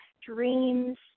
dreams